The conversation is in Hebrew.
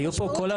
היו פה כל החברות,